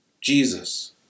Jesus